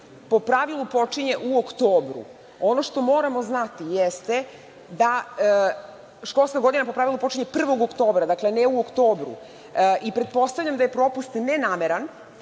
po pravilu počinje u oktobru. Ono što moramo znati jeste da školska godina po pravilu počinje 1. oktobra, dakle ne u oktobru i pretpostavljam da je propust nenameran,